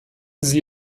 sie